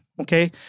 Okay